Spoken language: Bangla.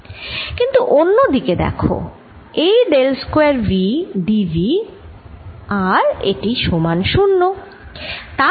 কিন্তু অন্য দিকে দেখ এই del square V d v আর এটি সমান 0